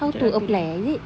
how to apply is it